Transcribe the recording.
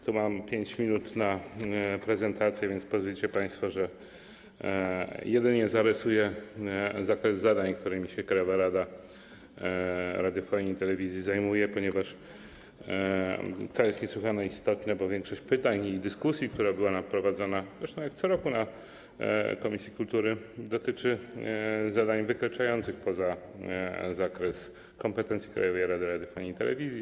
Tu mam 5 minut na prezentację, więc pozwolicie państwo, że jedynie zarysuję zakres zadań, którymi Krajowa Rada Radiofonii i Telewizji się zajmuje, ponieważ, co jest niesłychanie istotne, bo większość pytań i dyskusji, która była prowadzona, zresztą jak co roku, na posiedzeniu komisji kultury, dotyczy zadań wykraczających poza zakres kompetencji Krajowej Rady Radiofonii i Telewizji.